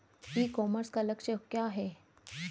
ई commerce का लक्ष्य क्या है?